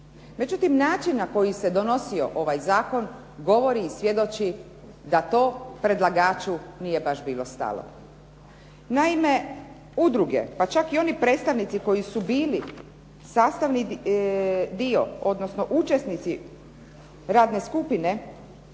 Međutim, način na koji se donosio ovaj zakon govori i svjedoči da to predlagaču nije baš bilo stalo. Naime, udruge pa čak i oni predstavnici koji su bili sastavni dio odnosno učesnici radne skupine